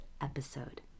episode